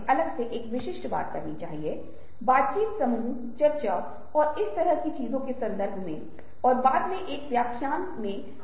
करुणा एक संस्कृत शब्द है जिसे बहुत दृढ़ता से बौद्ध धर्म के संदर्भ में और ध्यान के एक प्रकार में पहचाना जाता है